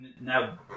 now